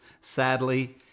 sadly